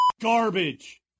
Garbage